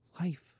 life